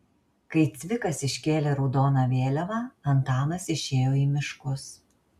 kai cvikas iškėlė raudoną vėliavą antanas išėjo į miškus